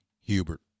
Hubert